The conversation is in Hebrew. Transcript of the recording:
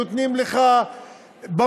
נותנים לך במות,